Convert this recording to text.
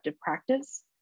practice